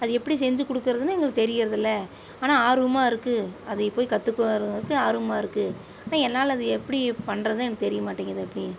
அது எப்படி செஞ்சு கொடுக்குறதுன்னு எங்களுக்கு தெரியுறதில்ல ஆனால் ஆர்வமாக இருக்கு அதை போய் கத்துக்க வர்றதுக்கு ஆர்வமாக இருக்கு ஆனால் என்னால் அது எப்படி பண்ணுறதுன்னு எனக்கு தெரிய மாட்டேங்குது